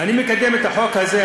אני מקדם את החוק הזה,